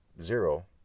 zero